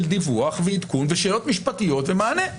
דיווח ועדכון ושאלות משפטיות ומענה.